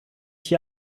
hier